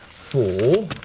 four.